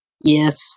Yes